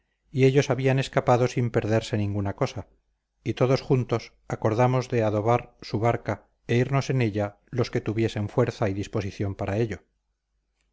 y ellos habían escapado sin perderse ninguna cosa y todos juntos acordamos de adobar su barca e irnos en ella los que tuviesen fuerza y disposición para ello